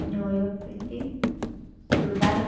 New York city Dubai